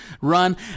run